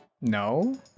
No